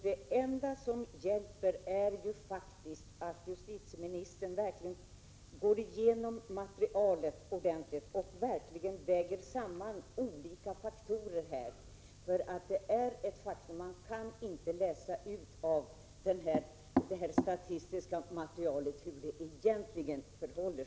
Det enda som hjälper är att justitieministern går igenom materialet ordentligt och väger samman olika faktorer.